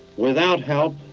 without help,